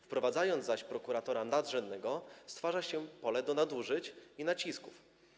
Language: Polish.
Wprowadzając prokuratora nadrzędnego, stwarza się pole do nadużyć i nacisków.